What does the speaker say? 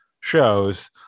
shows